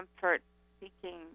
comfort-seeking